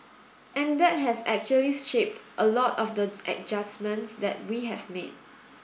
and that has actually shaped a lot of the adjustments that we have made